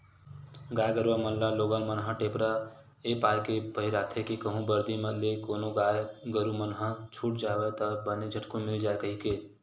गाय गरुवा मन ल लोगन मन ह टेपरा ऐ पाय के पहिराथे के कहूँ बरदी म ले कोनो गाय गरु मन ह छूट जावय ता बने झटकून मिल जाय कहिके